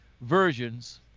versions